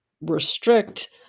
restrict